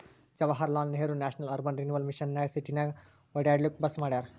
Jawaharlal Nehru national urban renewal mission ನಾಗ್ ಸಿಟಿನಾಗ್ ಒಡ್ಯಾಡ್ಲೂಕ್ ಬಸ್ ಮಾಡ್ಯಾರ್